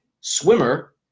swimmer